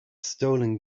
stolen